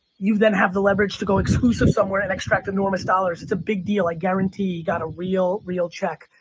you then have the leverage to go exclusive somewhere and extract enormous dollars. it's a big deal. i guarantee you got a real real check.